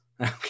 okay